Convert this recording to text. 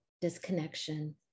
disconnection